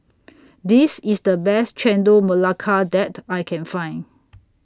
This IS The Best Chendol Melaka that I Can Find